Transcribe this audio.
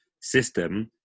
system